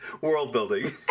world-building